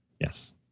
Yes